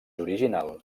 original